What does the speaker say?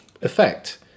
effect